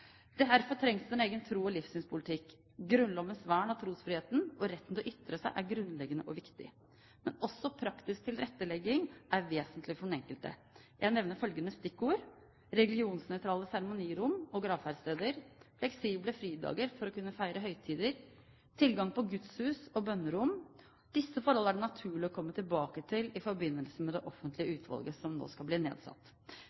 trengs det en egen tros- og livssynspolitikk. Grunnlovens vern av trosfriheten og retten til å ytre seg er grunnleggende og viktig. Men også praktisk tilrettelegging er vesentlig for den enkelte. Jeg nevner følgende stikkord: religionsnøytrale seremonirom og gravferdssteder, fleksible fridager for å kunne feire høytider, tilgang på gudshus og bønnerom. Disse forhold er det naturlig å komme tilbake til i forbindelse med det offentlige